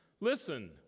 Listen